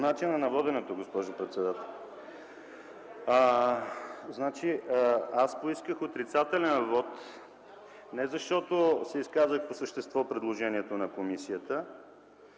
Аз поисках отрицателен вот не защото се изказах по същество по предложението на комисията,